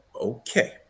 Okay